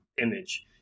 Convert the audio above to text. image